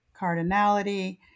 cardinality